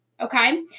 okay